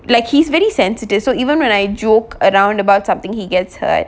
like he's very sensitive so even when I joke around about something he gets hurt